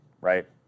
right